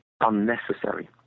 unnecessary